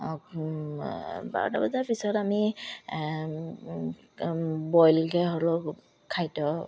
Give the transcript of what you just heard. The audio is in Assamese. বাৰটা বজাৰ পিছত আমি বইলকে হ'লেও খাদ্য